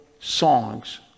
songs